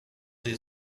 sie